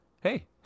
hey